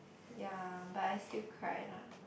ya but I still cried lah